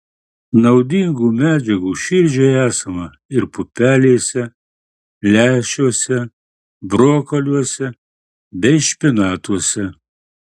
naudingų medžiagų širdžiai esama ir pupelėse lęšiuose brokoliuose bei špinatuose